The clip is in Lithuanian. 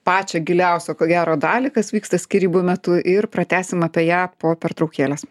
pačią giliausią ko gero dalį kas vyksta skyrybų metu ir pratęsim apie ją po pertraukėlės